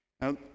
Now